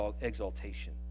exaltation